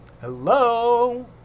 Hello